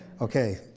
okay